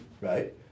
right